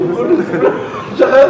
חבר